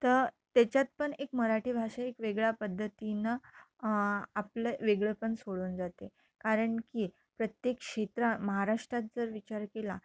तर त्याच्यात पण एक मराठी भाषा एक वेगळ्या पद्धतीनं आपलं वेगळंपण सोडून जाते कारण की प्रत्येक क्षेत्रात महाराष्ट्रात जर विचार केला